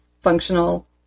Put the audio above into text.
functional